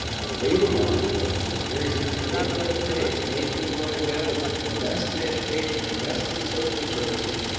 and and labor market reforms various things that make work pay that make good work available that invest in education invest in social services,